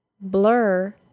Blur